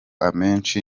amenshi